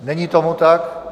Není tomu tak.